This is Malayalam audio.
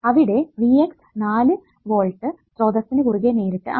അവിടെ V x 4 വോൾട്ട് സ്രോതസ്സിനു കുറുകെ നേരിട്ട് ആണ്